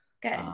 Good